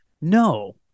No